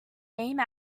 name